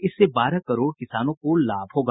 इससे बारह करोड़ किसानों को लाभ होगा